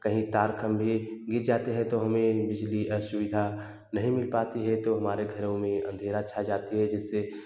कहीं तार खम्भे गिर जाते है तो हमें बिजली असुविधा नही मिल पाती है तो हमारे घरों में अँधेरा छा जाती है जिससे